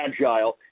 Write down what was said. agile